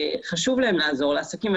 וחשוב להם לעזור לעסקים.